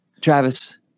travis